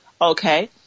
Okay